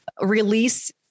release